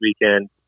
weekend